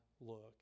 look